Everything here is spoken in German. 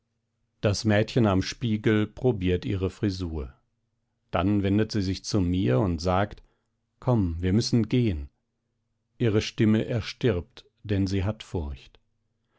das mädchen am spiegel probiert ihre frisur dann wendet sie sich zu mir und sagt komm wir müssen gehen ihre stimme erstirbt denn sie hat furcht